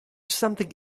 something